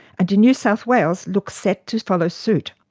and new south wales looks set to follow suit.